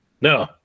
no